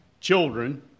children